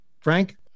Frank